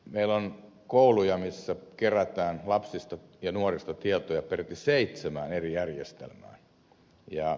meillä on kouluja missä kerätään lapsista ja nuorista tietoja peräti seitsemään eri järjestelmään